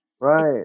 Right